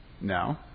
No